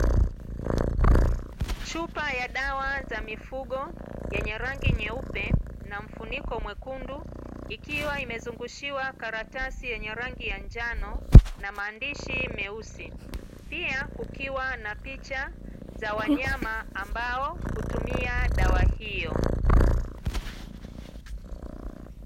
Chupa ya dawa za mifugo, yenye rangi nyeupe na mfuniko mwekundu, ikiwa imezungushiwa karatasi yenye rangi ya njano na maandishi meusi. Pia kukiwa na picha za wanyama ambao hutumia dawa hiyo.